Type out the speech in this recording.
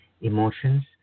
emotions